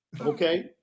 Okay